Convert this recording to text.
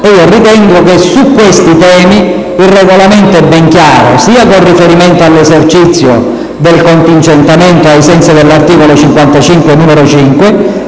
e io ritengo che su questi temi il Regolamento sia ben chiaro, sia con riferimento all'esercizio del contingentamento ai sensi dell'articolo 55, comma 5,